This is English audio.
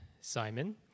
Simon